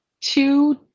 Two